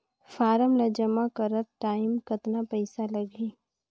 Form ला जमा करत टाइम कतना पइसा लगही?